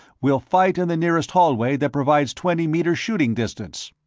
we'll fight in the nearest hallway that provides twenty meters' shooting distance.